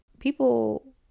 People